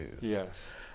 Yes